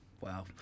wow